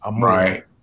Right